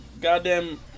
Goddamn